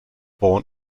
born